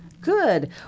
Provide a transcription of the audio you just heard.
good